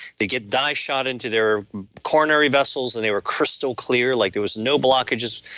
they get die shot into their coronary vessels and they were crystal clear, like it was no blockages,